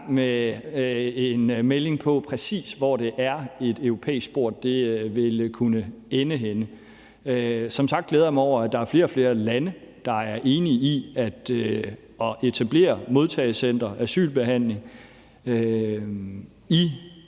med en melding om, præcis hvor et europæisk spor ville kunne ende henne. Som sagt glæder jeg mig over, at der er flere og flere lande, der er enige om at etablere modtagecentre og asylbehandling i